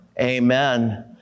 Amen